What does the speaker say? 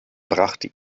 brachte